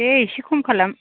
दे एसे खम खालाम